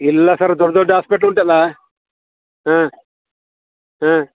ಇಲ್ಲ ಸರ್ ದೊಡ್ಡ ದೊಡ್ಡ ಹಾಸ್ಪಿಟ್ಲ್ ಉಂಟಲ್ಲ ಹಾಂ ಹಾಂ